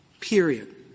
period